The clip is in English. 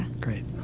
great